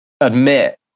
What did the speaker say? admit